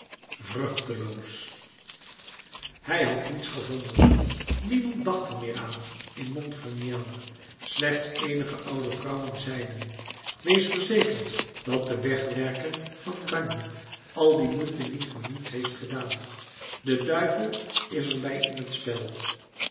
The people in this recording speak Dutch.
vruchteloos hij had niets gevonden niemand dacht er meer aan in montfermeil slechts eenige oude vrouwen zeiden wees verzekerd dat de wegwerker van gagny al die moeite niet voor niets heeft gedaan de duivel is er bij in t spel